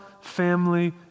family